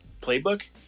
playbook